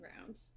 round